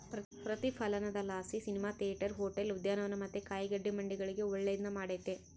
ಪ್ರತಿಫಲನದಲಾಸಿ cinema theatre, hotel, ಉದ್ಯಾನವನ ಮತ್ತೆ ಕಾಯಿಗಡ್ಡೆ ಮಂಡಿಗಳಿಗೆ ಒಳ್ಳೆದ್ನ ಮಾಡೆತೆ